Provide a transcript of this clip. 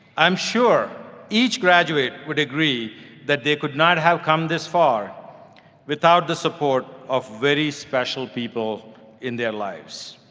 i'm sure each graduate would agree that they could not have come this far without the support of very special people in their lives.